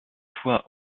fois